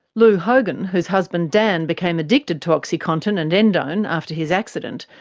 lu hogan, whose husband dan became addicted to oxycontin and endone after his accident,